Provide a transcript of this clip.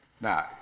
Now